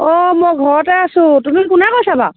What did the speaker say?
অঁ মই ঘৰতে আছোঁ তুমি কোনে কৈছা বাৰু